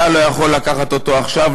אתה לא יכול לקחת אותו עכשיו,